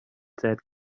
that